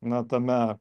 na tame